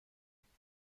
تقدیم